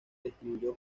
distribuyó